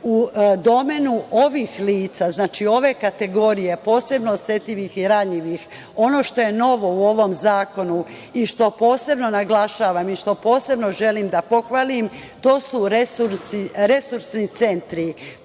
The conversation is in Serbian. domenu ovih lica ove kategorije posebno osetljivih i ranjivih, ono što je novo u ovom zakonu i što posebno naglašavam i što posebno želim da pohvalim, to su resursni centri.